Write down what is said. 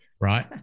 right